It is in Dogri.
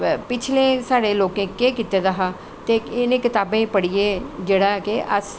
पिछलें साढ़े लोकें केह् कीता दा हा ते इनें कताबोें गी पढ़ियै अस